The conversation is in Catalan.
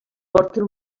porten